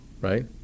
right